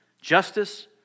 justice